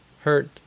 hurt